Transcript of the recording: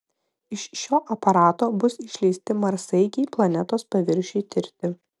iš šio aparato bus išleisti marsaeigiai planetos paviršiui tirti